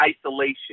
isolation